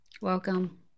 Welcome